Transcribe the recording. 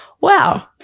wow